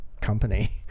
company